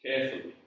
carefully